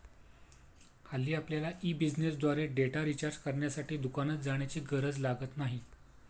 हल्ली आपल्यला ई बिझनेसद्वारे डेटा रिचार्ज करण्यासाठी दुकानात जाण्याची गरज लागत नाही